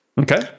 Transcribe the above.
Okay